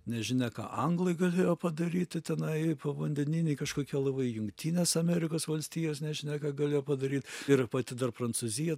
nežinia ką anglai galėjo padaryti tenai povandeniniai kažkokie lavai jungtinės amerikos valstijos nežinia ką galėjo padaryt ir pati dar prancūzija